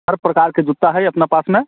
सभ प्रकारके जूता हइ अपना पासमे